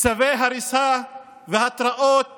צווי הריסה והתראות